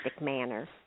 manner